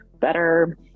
better